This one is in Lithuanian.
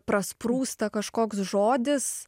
prasprūsta kažkoks žodis